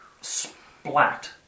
splat